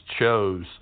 chose